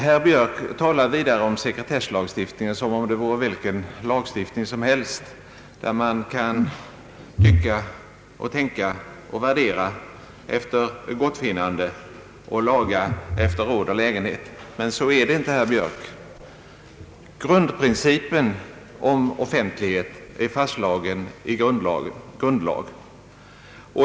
Herr Björk talade vidare om sekretesslagstiftningen som om det vore vilken lagstiftning som helst, där man kan tycka och tänka och värdera efter gottfinnande och laga efter råd och lägenhet. Men så är det inte, herr Björk. Offentlighetsprincipen är fastslagen i grundlagen.